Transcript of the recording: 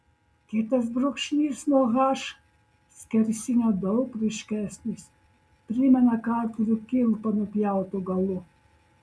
kitas brūkšnys nuo h skersinio daug ryškesnis primena kartuvių kilpą nupjautu galu